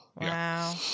Wow